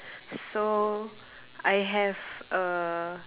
so I have err